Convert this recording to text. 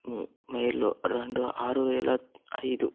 మైలు రెండు ఆరు వేల ఐదు